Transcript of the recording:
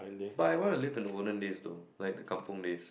but I want to live in the older days though like the kampung days